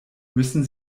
müssen